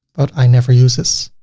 but i never use this.